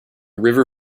river